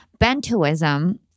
Bentoism